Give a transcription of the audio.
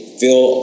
feel